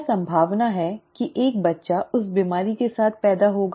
क्या संभावना है कि एक बच्चा उस बीमारी के साथ पैदा होगा